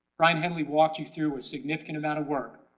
brian henley walked you through a significant amount of work.